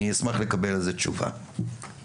אני אשמח לקבל על זה תשובה, תודה.